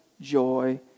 joy